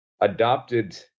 adopted